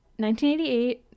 1988